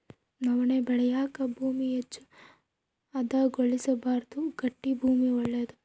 ನವಣೆ ಬೆಳೆಯಾಕ ಭೂಮಿ ಹೆಚ್ಚು ಹದಗೊಳಿಸಬಾರ್ದು ಗಟ್ಟಿ ಭೂಮಿ ಒಳ್ಳೇದು